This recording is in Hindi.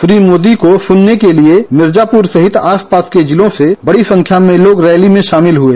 श्री मोदी को सुनने के लिए भिर्जापुर सहित आस पास के जिलों से बड़ी संख्या में लोग रैली में शामिल हुए